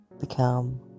become